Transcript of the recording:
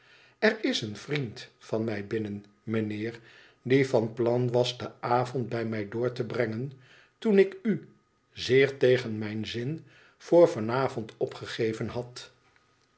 r is een vriend van mij binnen mijnheer die van plan was den avond bij mij door te brengen toen ik u zeer tegen mijn zin voor van avond opgegeven had